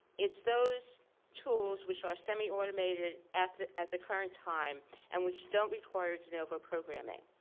it's those tools which are semi-automated at the at the current time and which don't require de novo programming.